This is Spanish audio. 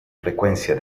frecuencia